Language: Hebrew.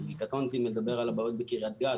וקטונתי מלדבר על הבעיות בקריית גת,